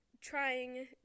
trying